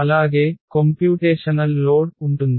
అలాగే గణన భారం ఉంటుంది